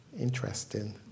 Interesting